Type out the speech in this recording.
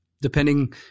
Depending